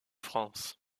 france